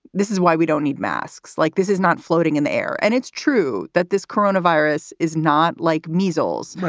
this is why we don't need masks. like this is not floating in the air. and it's true that this coronavirus is not like measles,